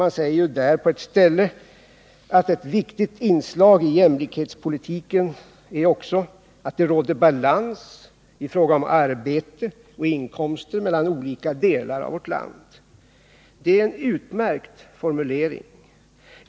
Man säger där på ett ställe att ”ett viktigt inslag i jämlikhetspolitiken är också att det råder balans i fråga om arbete och inkomster mellan olika delar av vårt land”. Det är en utmärkt formulering.